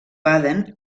baden